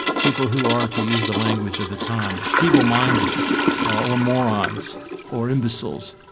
people who are to use the language of the time feebleminded or morons or imbeciles,